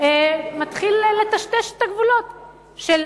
מתחיל לטשטש את הגבולות של,